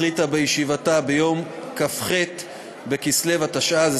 הכנסת החליטה בישיבתה ביום כ"ח בכסלו התשע"ז,